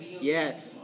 Yes